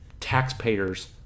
taxpayer's